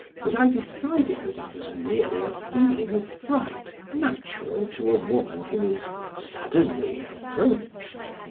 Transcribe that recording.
but i decided that it was merely a feeling of fright natural to a woman who is suddenly approached.